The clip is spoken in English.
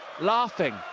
laughing